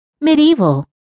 Medieval